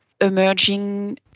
emerging